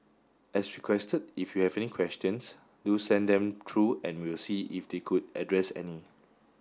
as requested if you have any questions do send them through and we'll see if they could address any